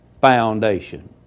foundation